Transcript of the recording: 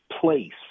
place